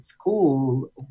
school